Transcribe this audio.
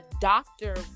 doctor